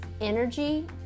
energy